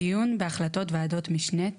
דיון בהחלטות ועדות משנה),